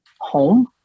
home